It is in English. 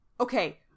Okay